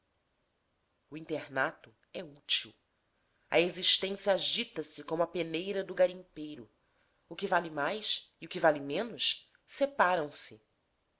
o internato é útil a existência agita-se como a peneira do garimpeiro o que vale mais e o que vale menos separam se